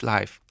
Life